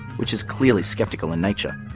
which is clearly skeptical in nature.